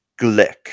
Glick